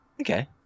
okay